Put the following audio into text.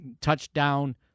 Touchdown